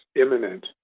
imminent